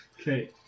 Okay